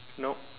no